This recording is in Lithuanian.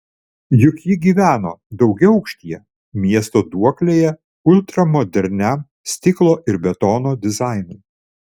juk ji gyveno daugiaaukštyje miesto duoklėje ultramoderniam stiklo ir betono dizainui